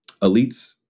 elites